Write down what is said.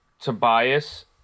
Tobias